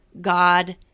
God